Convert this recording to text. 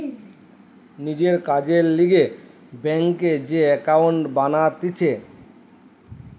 নিজের কাজের লিগে ব্যাংকে যে একাউন্ট বানাতিছে